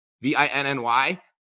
V-I-N-N-Y